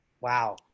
Wow